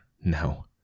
no